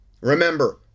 Remember